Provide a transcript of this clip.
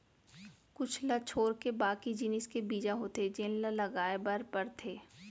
कुछ ल छोरके बाकी जिनिस के बीजा होथे जेन ल लगाए बर परथे